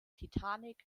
titanic